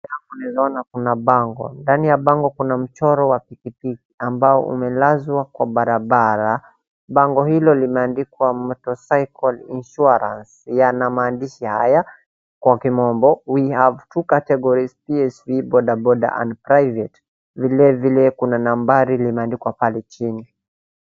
Mbele naweza ona kuna bango, ndani ya bango kuna mchoro wa pikipiki ambao umelazwa kwa barabara. Bango hilo limeandikwa Motorcycle Insurance yanamaanisha haya kwa kimombo We have two categories; Psv,bodaboda and private vilevile kuna nambari limeandikwa pale chini.